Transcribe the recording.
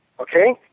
Okay